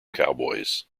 cowboys